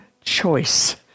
choice